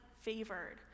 favored